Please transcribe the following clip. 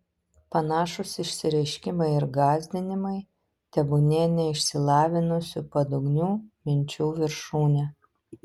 panašūs išsireiškimai ir gąsdinimai tebūnie neišsilavinusių padugnių minčių viršūnė